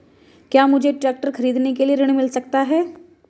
क्या मुझे ट्रैक्टर खरीदने के लिए ऋण मिल सकता है?